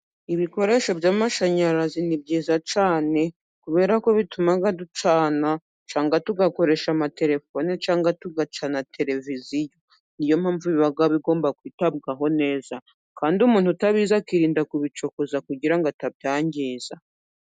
Ibikoresho by'amashanyarazi ni byiza cyane, kubera ko bituma ducana cyangwa tugakoresha amatelefoni cyangwa tugacana tereviziyo, ni yo mpamvu biba bigomba kwitabwaho neza kandi umuntu utabizi akirinda kubicokoza kugira ngo atabyangiza.